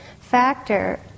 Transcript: factor